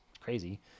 crazy